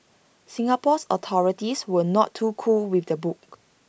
Singapore's authorities were not too cool with the book